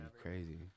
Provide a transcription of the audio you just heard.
crazy